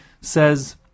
says